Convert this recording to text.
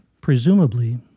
Presumably